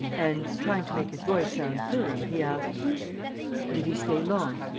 and, trying to make his voice sound firm, he asked did he stay long?